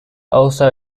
also